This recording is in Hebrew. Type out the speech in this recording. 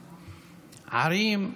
בערים,